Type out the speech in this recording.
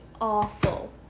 awful